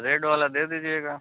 red वाला दे दिजीएगा